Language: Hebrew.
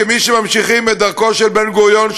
כמי שממשיכים את דרכו של בן-גוריון,